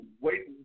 Wait